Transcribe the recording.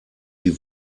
die